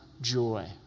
joy